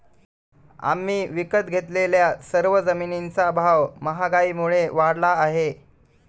आम्ही विकत घेतलेल्या सर्व जमिनींचा भाव महागाईमुळे वाढला आहे